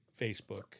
Facebook